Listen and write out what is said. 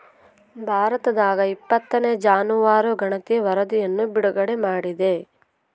ಭಾರತದಾಗಇಪ್ಪತ್ತನೇ ಜಾನುವಾರು ಗಣತಿ ವರಧಿಯನ್ನು ಬಿಡುಗಡೆ ಮಾಡಿದೆ